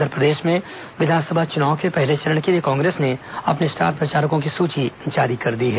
उधर प्रदेश में विधानसभा चुनाव के पहले चरण के लिए कांग्रेस ने अपने स्टार प्रचारकों की सूची जारी कर दी है